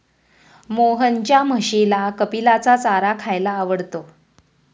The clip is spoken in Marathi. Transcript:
मोहनच्या म्हशीला कपिलाचा चारा खायला आवडतो